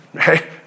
Hey